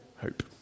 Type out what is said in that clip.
hope